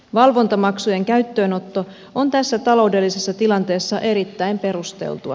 valvontamaksujen käyttöönotto on tässä taloudellisessa tilanteessa erittäin perusteltua